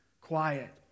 quiet